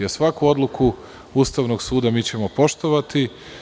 Svaku odluku Ustavnog suda mi ćemo poštovati.